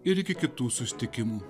ir iki kitų sustikimų